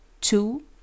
two